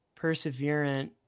perseverant